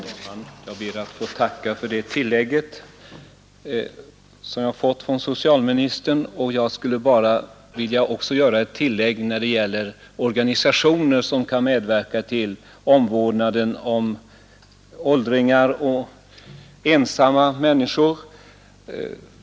Herr talman! Jag ber att få tacka för det tillägg som socialministern gjorde. Jag vill också lägga till en sak när det gäller organisationer som kan medverka till omvårdnaden om åldringar och ensamma människor.